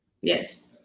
yes